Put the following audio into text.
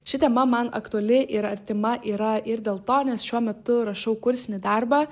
ši tema man aktuali ir artima yra ir dėl to nes šiuo metu rašau kursinį darbą